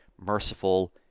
merciful